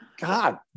God